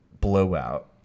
Blowout